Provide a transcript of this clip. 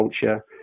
culture